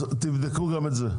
תבדקו גם את זה,